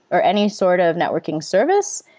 or any sort of networking service,